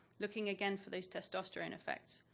looking again for those testosterone effects.